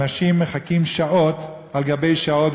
אנשים מחכים שעות על גבי שעות,